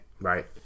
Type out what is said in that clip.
Right